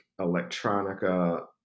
electronica